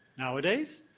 nowadays,